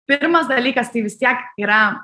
pirmas dalykas tai vis tiek yra